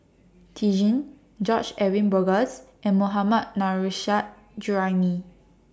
Lee Tjin George Edwin Bogaars and Mohammad Nurrasyid Juraimi